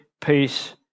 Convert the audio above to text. peace